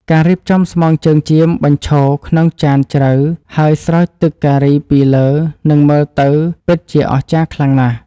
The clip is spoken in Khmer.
ការរៀបចំស្មងជើងចៀមបញ្ឈរក្នុងចានជ្រៅហើយស្រោចទឹកការីពីលើនឹងមើលទៅពិតជាអស្ចារ្យខ្លាំងណាស់។